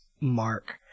mark